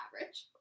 average